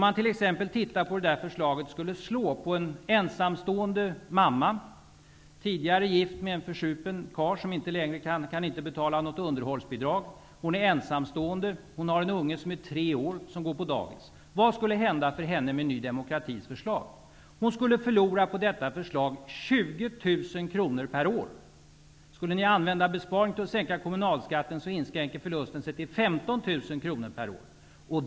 Hur skulle förslaget slå på en ensamstående mamma, tidigare gift med en försupen karl, som inte kan betala något underhållsbidrag, ensamstå ende med en unge som är tre år och går på dagis? Vad skulle hända med henne med Ny demokratis förslag? Hon skulle förlora 20 000 kronor per år. Skulle ni använda besparingarna till att sänka kommunalskatten inskränker sig förlusten till 15 000 kronor per år.